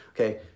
okay